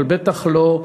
אבל בטח לא,